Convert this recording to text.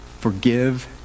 Forgive